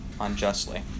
unjustly